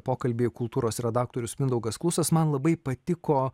pokalbį kultūros redaktorius mindaugas klusas man labai patiko